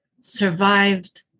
survived